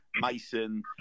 Mason